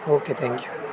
okay thank you